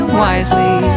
wisely